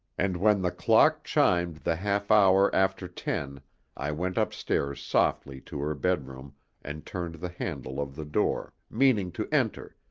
and when the clock chimed the half-hour after ten i went upstairs softly to her bedroom and turned the handle of the door, meaning to enter,